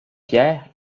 pierre